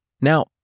Now